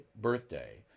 birthday